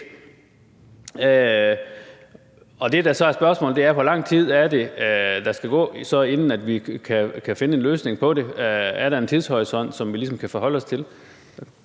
Det, der så er spørgsmålet, er, hvor lang tid der skal gå, inden vi kan finde en løsning på det. Er der en tidshorisont, som vi ligesom kan forholde os til?